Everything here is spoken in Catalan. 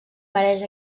mereix